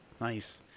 Nice